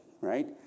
right